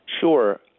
Sure